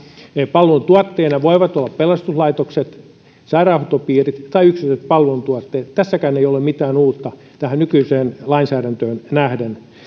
palveluntuottajina voivat olla pelastuslaitokset sairaanhoitopiirit tai yksityiset palveluntuottajat tässäkään ei ole mitään uutta tähän nykyiseen lainsäädäntöön nähden